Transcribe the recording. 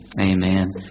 Amen